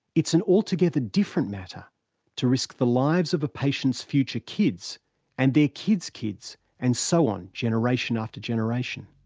it's an altogether different matter to risk the lives of a patient's future kids and their kids' kids and so on, generation after generation.